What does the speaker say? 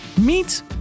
Meet